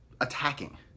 attacking